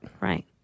Right